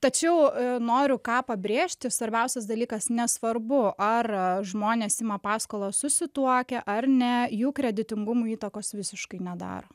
tačiau noriu ką pabrėžti svarbiausias dalykas nesvarbu ar žmonės ima paskolas susituokę ar ne jų kreditingumui įtakos visiškai nedaro